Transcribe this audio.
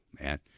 man